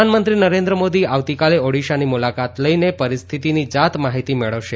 પ્રધાનમંત્રી નરેન્દ્ર મોદી આવતીકાલે ઓડીશાની મુલાકાત લઇને પરિસ્થિની જાત માહિતી મેળવશે